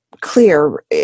clear